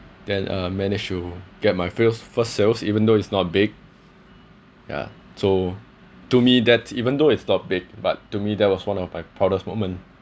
then uh managed to get my fills first sales even though it's not big ya so to me that even though it's not big but to me that was one of my proudest moment